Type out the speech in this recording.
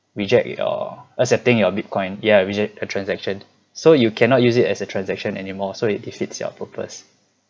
reject your or accepting your bitcoin ya reject a transaction so you cannot use it as a transaction anymore so it defeats your purpose